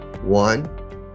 one